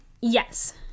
Yes